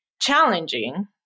challenging